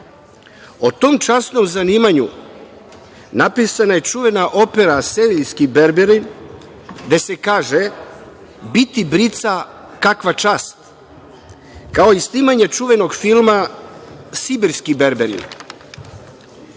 tom časnom zanimanju napisana je čuvena opera „Seviljski berberin“, gde se kaže biti brica, kakva čast, kao i snimanje čuvenog filma „Sibirski berberin“.U